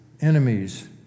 enemies